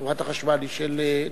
חברת החשמל היא של תשתיות.